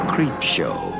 Creepshow